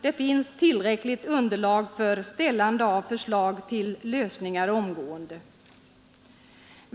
Det finns tillräckligt underlag för ställande av förslag till lösningar omgående.